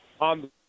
on